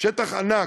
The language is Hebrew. שטח ענק,